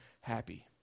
happy